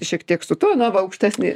šiek tiek su tuo na va aukštesnį